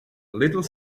little